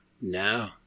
No